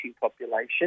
population